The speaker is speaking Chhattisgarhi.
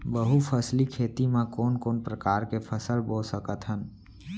बहुफसली खेती मा कोन कोन प्रकार के फसल बो सकत हन?